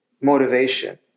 motivation